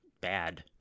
bad